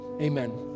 amen